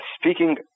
speaking